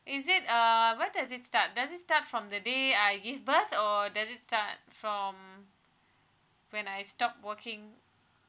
is it uh when does it start does it start from the day I give birth or does it start from when I stop working